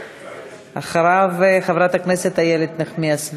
אחריו חברת הכנסת איילת נחמיאס ורבין.